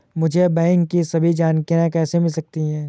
मुझे बैंकों की सभी जानकारियाँ कैसे मिल सकती हैं?